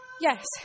Yes